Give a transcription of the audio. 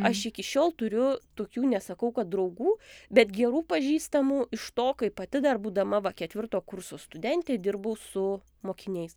aš iki šiol turiu tokių nesakau kad draugų bet gerų pažįstamų iš to kai pati dar būdama va ketvirto kurso studentė dirbau su mokiniais